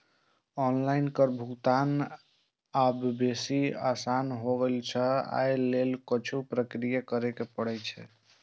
online कर भुगतान आब बेसी आसान भए गेल छै, अय लेल किछु प्रक्रिया करय पड़ै छै